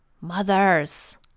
mothers